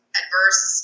adverse